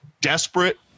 Desperate